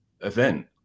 Event